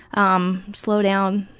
um slow down.